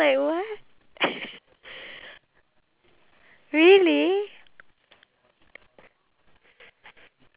I feel like humanity even though humanity is not a superpower but it can be at this point of time because